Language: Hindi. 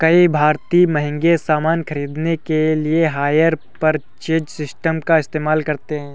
कई भारतीय महंगे सामान खरीदने के लिए हायर परचेज सिस्टम का इस्तेमाल करते हैं